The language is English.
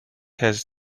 has